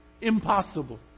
Impossible